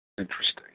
Interesting